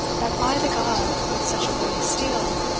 that, by the gods, with such a load of steel,